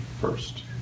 first